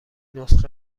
نسخه